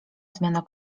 zmiana